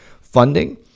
funding